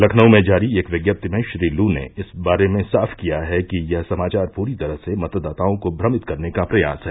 लखनऊ में जारी एक विज्ञप्ति में श्री लू ने इस बारे में साफ़ किया है कि यह समाचार पूरी तरह से मतदाताओं को भ्रमित करने का प्रयास है